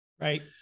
Right